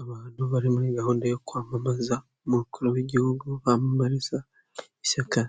Abantu bari muri gahunda yo kwamamaza umukuru w'igihugu bamariza ishyaka